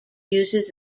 uses